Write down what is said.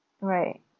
Right